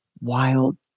wild